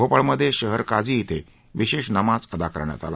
भोपाळमधे शहर काझी क्विं विशेष नमाज अदा करण्यात आली